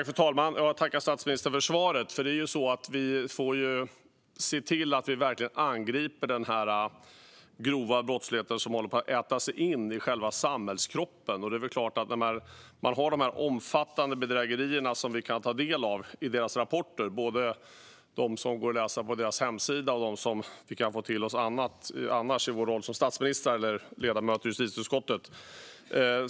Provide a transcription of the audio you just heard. Fru talman! Jag tackar statsministern för svaret. Vi får se till att vi verkligen angriper den grova brottsligheten, som håller på att äta sig in i själva samhällskroppen. Det är omfattande bedrägerier som vi kan ta del av i rapporter, både de som går att läsa på myndigheternas webbplatser och de som vi kan ta till oss i rollen som statsminister eller ledamot i justitieutskottet.